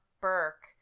Burke